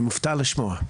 אני מופתע לשמוע.